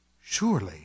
surely